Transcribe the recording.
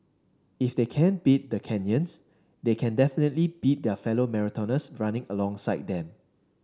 if they can't beat the Kenyans they can definitely beat their fellow marathoners running alongside them